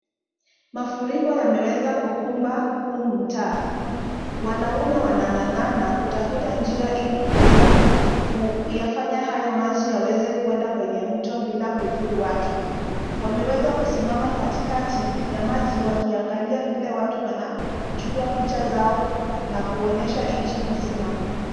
Mafuriko yameweza kukumba huu mtaa. Wanaume wanang'ang'ana kutafuta njia ili kuweza kuyafanya hayo maji yawezekuenda kwenye mto bila kudhuru watu. Wameweza kusimama katikati ya maji wakiangalia vile watu wanachukua picha zao na kuonyesha nchi mzima.